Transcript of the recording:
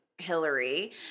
Hillary